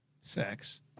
sex